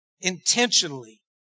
intentionally